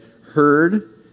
heard